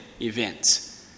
event